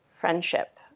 friendship